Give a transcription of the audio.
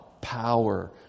Power